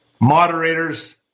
moderators